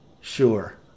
Sure